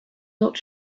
not